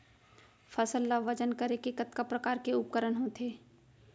फसल ला वजन करे के कतका प्रकार के उपकरण होथे?